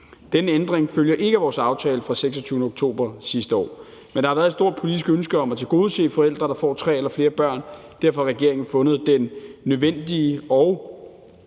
Denne ændring følger ikke af vores aftale fra 26. oktober sidste år. Men der har været et stort politisk ønske om at tilgodese forældre, der får tre eller flere børn. Derfor har regeringen fundet den nødvendige og